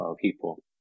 people